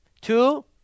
Two